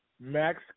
Max